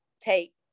take